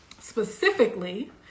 specifically